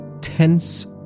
tense